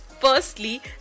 firstly